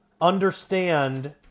understand